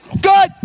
Good